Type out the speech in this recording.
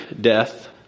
death